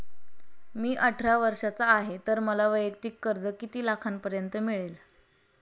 मी अठरा वर्षांचा आहे तर मला वैयक्तिक कर्ज किती लाखांपर्यंत मिळेल?